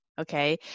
okay